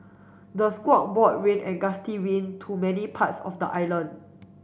the squall brought rain and gusty wind to many parts of the island